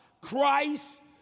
Christ